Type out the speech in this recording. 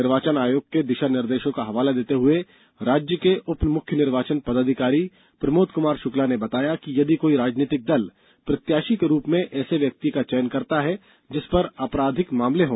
निर्वाचन आयोग के दिशा निर्देशों का हवाला देते हुए राज्य के उप मुख्य निर्वाचन पदाधिकारी प्रमोद कुमार शुक्ला ने बताया कि यदि कोई राजनीतिक दल प्रत्याशी के रूप में ऐसे व्यक्ति का चयन करता है जिसपर अपराधिक मामले हो